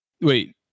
Wait